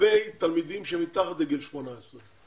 לגבי תלמידים שהם מתחת לגיל 18,